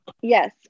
Yes